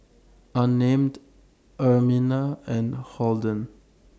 Unnamed Ermina and Holden